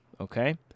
okay